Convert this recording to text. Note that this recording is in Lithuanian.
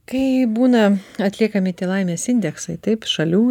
kai būna atliekami tie laimės indeksai taip šalių